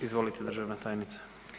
Izvolite državna tajnice.